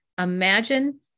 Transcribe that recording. Imagine